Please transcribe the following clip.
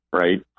right